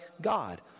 God